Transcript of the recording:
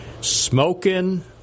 smoking